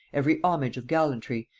every homage of gallantry,